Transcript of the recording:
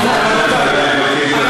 רבותי,